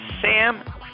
Sam